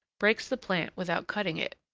breaks the plant without cutting it.